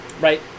Right